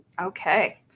okay